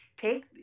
Take